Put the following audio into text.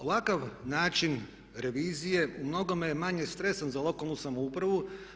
Ovakav način revizije u mnogome je manje stresan za lokalnu samoupravu.